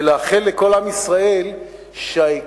ולאחל לכל עם ישראל שהעיקרון